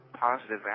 positive